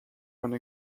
one